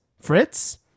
Fritz